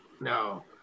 No